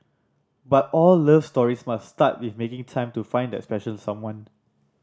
but all love stories must start with making time to find that special someone